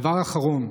דבר אחרון,